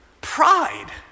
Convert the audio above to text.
Pride